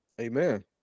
Amen